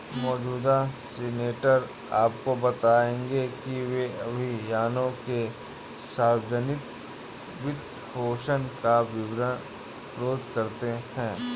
मौजूदा सीनेटर आपको बताएंगे कि वे अभियानों के सार्वजनिक वित्तपोषण का विरोध करते हैं